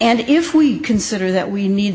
and if we consider that we need